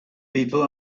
people